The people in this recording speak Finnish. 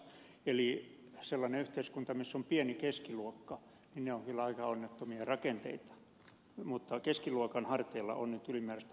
eli sellaiset yhteiskunnat missä on pieni keskiluokka ovat kyllä aika onnettomia rakenteita mutta keskiluokan harteilla on nyt ylimääräistä painoa